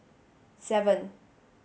seven